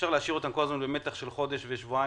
אפשר להשאיר אותם כל הזמן במתח של חודש ושבועיים.